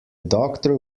doctor